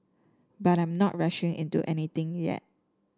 but I'm not rushing into anything yet